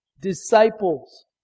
disciples